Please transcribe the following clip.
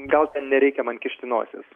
gal ten nereikia man kišti nosies